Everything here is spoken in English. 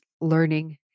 learning